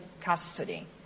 custody